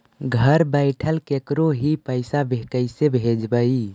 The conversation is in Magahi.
घर बैठल केकरो ही पैसा कैसे भेजबइ?